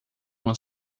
uma